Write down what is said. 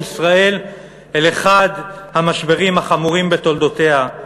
ישראל אל אחד המשברים החמורים בתולדותיה,